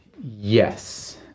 yes